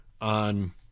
on